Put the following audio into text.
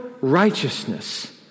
righteousness